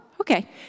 okay